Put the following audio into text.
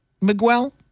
Miguel